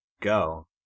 Go